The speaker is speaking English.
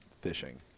fishing